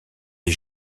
des